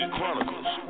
Chronicles